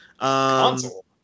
Console